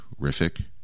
rific